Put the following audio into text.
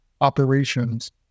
operations